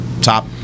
top